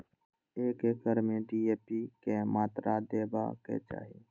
एक एकड़ में डी.ए.पी के मात्रा देबाक चाही?